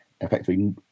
effectively